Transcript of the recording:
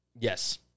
yes